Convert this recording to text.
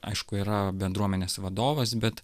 aišku yra bendruomenės vadovas bet